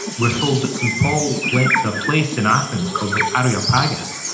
we're told that st. paul went to a place in athens called the areopagus,